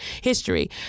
history